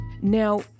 Now